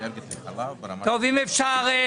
רגע, רגע, רגע, רגע.